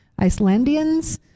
Icelandians